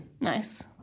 Nice